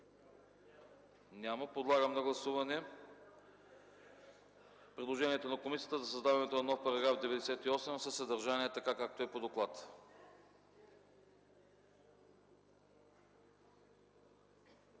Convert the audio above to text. Няма. Подлагам на гласуване предложението на комисията за създаването на нов § 75, със съдържание и редакция, както е по доклада.